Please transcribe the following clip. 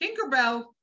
Tinkerbell